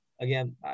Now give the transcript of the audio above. Again